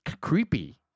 creepy